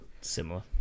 similar